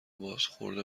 بازخورد